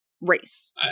race